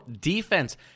defense